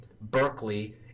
Berkeley